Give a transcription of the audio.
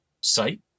site